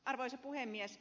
arvoisa puhemies